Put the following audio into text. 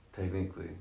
Technically